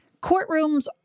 courtrooms